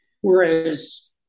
Whereas